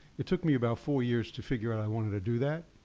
it took me about four years to figure out i wanted to do that.